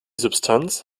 substanz